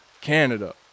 Canada